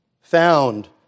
found